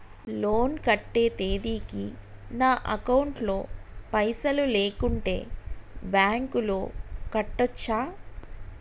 Loan కట్టే తేదీకి నా అకౌంట్ లో పైసలు లేకుంటే బ్యాంకులో కట్టచ్చా?